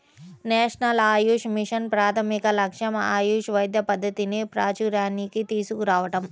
national Ayush mission ప్రాథమిక లక్ష్యం ఆయుష్ వైద్య పద్ధతిని ప్రాచూర్యానికి తీసుకురావటం